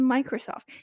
Microsoft